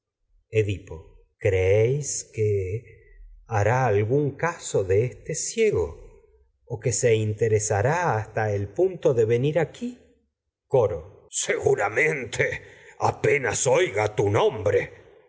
creéis que hará algún caso de este ciego o que se interesará hasta el punto de venir aquí coúo seguramente apenas oiga tu nonibrq